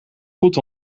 goed